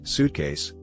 Suitcase